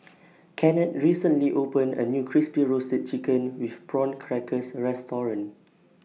Kennard recently opened A New Crispy Roasted Chicken with Prawn Crackers Restaurant